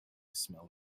smell